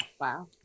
Wow